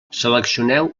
seleccioneu